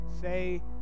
say